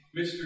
Mr